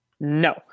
No